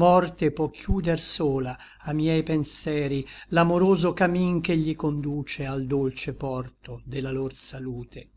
morte pò chiuder sola a miei penseri l'amoroso camin che gli conduce al dolce porto de la lor salute